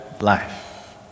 life